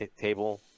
table